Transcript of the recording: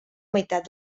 meitat